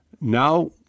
Now